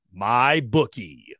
MyBookie